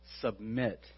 submit